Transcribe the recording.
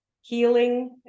Healing